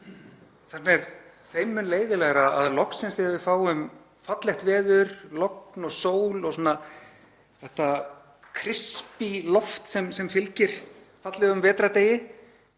Því er þeim mun leiðinlegra að loksins þegar við fáum fallegt veður, logn, sól og þetta „krispí“ loft sem fylgir fallegum vetrardegi,